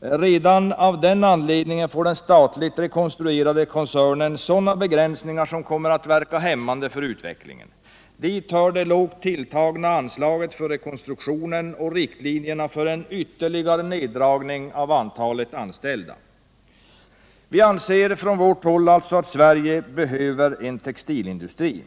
Redan av den anledningen får den statligt rekonstruerade koncernen begränsningar som kommer att verka hämmande för utvecklingen. Dit hör det lågt tilltagna anslaget för rekonstruktionen och riktlinjerna för en ytterligare neddragning av anställda. Vianser på vårt håll att Sverige behöver en textilindustri.